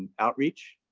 outreach,